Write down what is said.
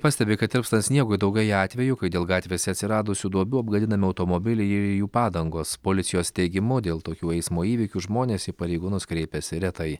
pastebi kad tirpstant sniegui daugėja atvejų kai dėl gatvėse atsiradusių duobių apgadinami automobiliai ir jų padangos policijos teigimu dėl tokių eismo įvykių žmonės į pareigūnus kreipiasi retai